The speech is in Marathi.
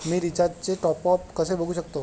मी रिचार्जचे टॉपअप कसे बघू शकतो?